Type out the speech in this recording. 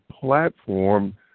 platform